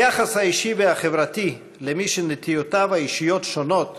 היחס האישי והחברתי למי שנטיותיו האישיות שונות